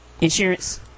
insurance